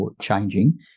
changing